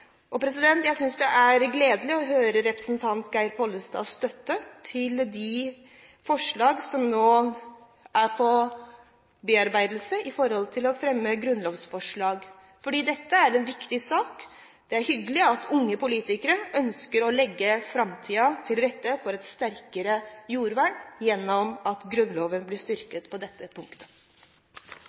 Jeg synes det er gledelig å høre at representanten Geir Pollestad støtter de grunnlovsforslag som nå er under bearbeidelse, for dette er en viktig sak. Det er hyggelig at unge politikere ønsker å legge til rette for et sterkere jordvern i framtiden ved at Grunnloven blir styrket på dette punktet.